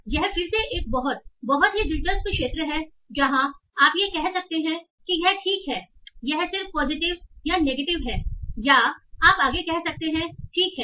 और यह फिर से एक बहुत बहुत ही दिलचस्प क्षेत्र है जहां आप कह सकते हैं कि यह ठीक है यह सिर्फ पॉजिटिव या नेगेटिव है या आप आगे कह सकते हैं ठीक है